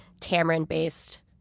tamarind-based